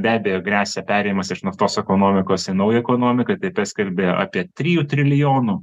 be abejo gresia perėjimas iš naftos ekonomikos į naują ekonomiką tai tas kalbėjo apie trijų trilijonų